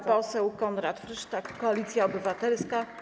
Pan poseł Konrad Frysztak, Koalicja Obywatelska.